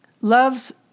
love's